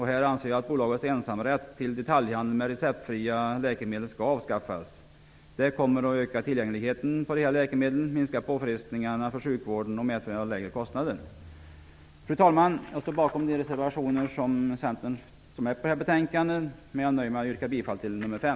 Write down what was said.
Här anser jag att bolagets ensamrätt till detaljhandel med receptfria läkemedel skall avskaffas. Det kommer att öka tillgängligheten när det gäller läkemedel, minska påfrestningarna på sjukvården och medföra lägre kostnader. Fru talman! Jag står bakom de reservationer till detta betänkande som Centern är med på, men jag nöjer mig med att yrka bifall till nr 5.